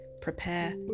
prepare